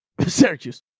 Syracuse